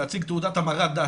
תעודת המרת דת,